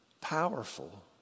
powerful